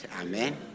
amen